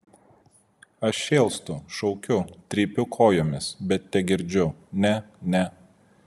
aš šėlstu šaukiu trypiu kojomis bet tegirdžiu ne ne